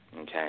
okay